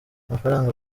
amafaranga